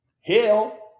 hell